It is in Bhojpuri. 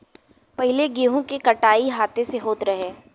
पहिले गेंहू के कटाई हाथे से होत रहे